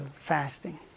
fasting